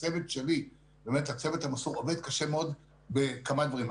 הצוות המסור שלי עובד קשה מאוד בכמה דברים,